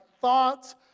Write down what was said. thoughts